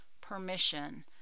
permission